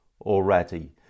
already